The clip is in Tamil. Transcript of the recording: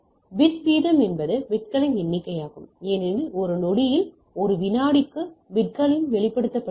பிட் வீதம் என்பது பிட்களின் எண்ணிக்கையாகும் ஏனெனில் ஒரு நொடியில் ஒரு வினாடிக்கு பிட்களில் வெளிப்படுத்தப்படுகிறது